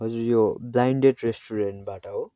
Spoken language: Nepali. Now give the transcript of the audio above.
हजुर यो ब्लाइन्ड डेट रेस्टुरेन्टबाट हो